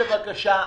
בבקשה,